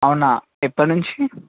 అవునా ఎప్పడ్నుంచి